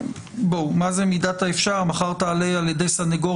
מה זה "מידת האפשר" - מחר תעלה טענה על ידי סניגור